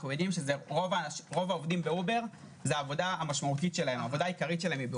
אנחנו יודעים שזו העבודה העיקרית שלהם.